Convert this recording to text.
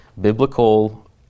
biblical